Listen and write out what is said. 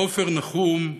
עופר נחום,